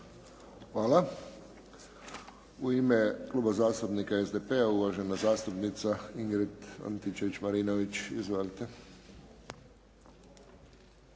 Hvala. U ime Kluba zastupnika SDP-a, uvažena zastupnica Ingrid Antičević-Marinović. Izvolite